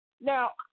Now